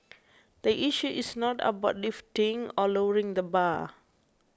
the issue is not about lifting or lowering the bar